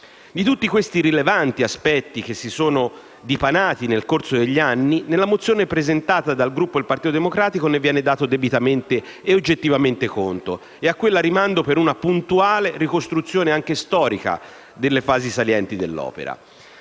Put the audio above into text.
Di tutti questi rilevanti aspetti che si sono dipanati nel corso degli anni nella mozione presentata dal gruppo del Partito Democratico viene dato debitamente e oggettivamente conto e a quella rimando per una puntuale ricostruzione, anche storica, delle fasi salienti dell'opera.